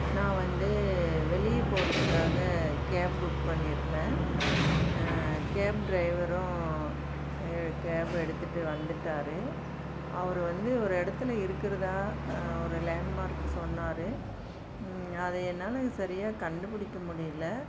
நான் வந்து வெளியே போகிறதுக்காக கேப் புக் பண்ணியிருந்தேன் கேப் டிரைவரும் கேப்பை எடுத்துகிட்டு வந்துட்டார் அவர் வந்து ஒரு இடத்துல இருக்கிறதா ஒரு லேண்ட் மார்க் சொன்னார் அதை என்னால் சரியாக கண்டுபிடிக்க முடியிலை